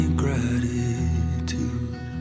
gratitude